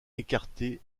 écarté